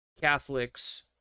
Catholics